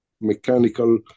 mechanical